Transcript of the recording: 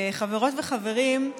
חברות וחברים,